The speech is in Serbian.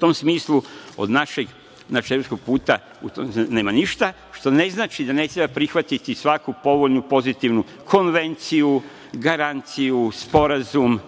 tom smislu od našeg evropskog puta nema ništa, što ne znači da ne treba prihvatiti svaku povoljnu, pozitivnu konvenciju, garanciju, sporazum,